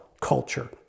culture